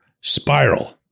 spiral